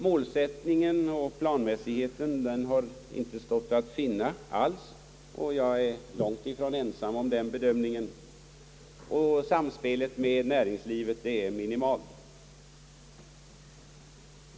Målsättning och planmässighet har inte stått att finna alls — jag är långt ifrån ensam om den bedömningen — och samspelet med näringslivet är minimalt.